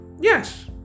Yes